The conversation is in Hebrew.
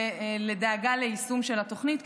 ולדאגה ליישום של התוכנית,